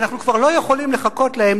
שאנחנו כבר לא יכולים לחכות להם,